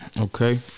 okay